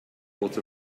court